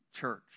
church